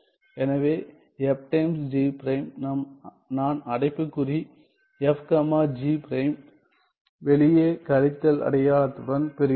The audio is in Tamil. எனவே f டைம்ஸ் g பிரைம் நான் அடைப்புக்குறி f கமா g பிரைம் வெளியே கழித்தல் அடையாளத்துடன் பெறுகிறேன்